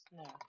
no